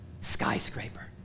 skyscraper